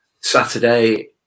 Saturday